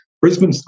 Brisbane